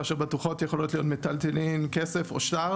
כאשר בטוחות יכולות להיות מיטלטלין כסף או שאר